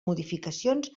modificacions